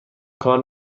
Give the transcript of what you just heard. کار